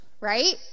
right